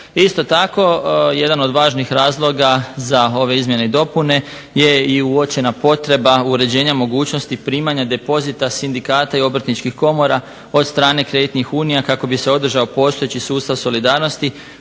Isto tako jedan od važnih razloga za izmjene i dopune je i uočena potreba uređenja mogućnosti primanja depozita sindikata i obrtničkih komora od strane kreditnih unija kako bi se održao postojeći sustav solidarnosti